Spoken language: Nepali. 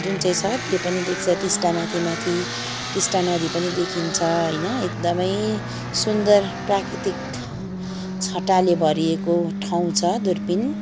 जुन चाहिँ छ त्यो पनि देख्छ टिस्टामाथि माथि टिस्टा नदी पनि देखिन्छ होइन एकदमै सुन्दर प्राकृतिक छटाले भरिएको ठाउँ छ दुर्पिन